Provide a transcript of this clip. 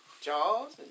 jaws